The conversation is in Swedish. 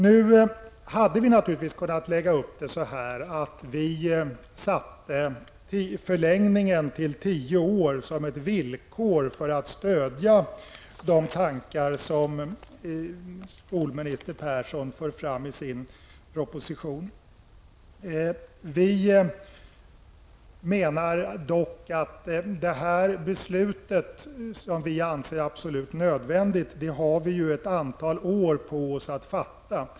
Vi hade naturligtvis kunnat sätta förlängningen till tio år som ett villkor för att stödja de tankar som skolminister Persson för fram i sin proposition. Vi menar dock att man har ett antal år på sig för att fatta detta beslut, som vi anser vara absolut nödvändigt.